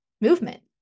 Movement